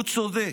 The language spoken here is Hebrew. הוא צודק.